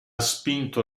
spinto